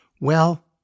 Well